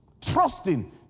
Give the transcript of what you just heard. Trusting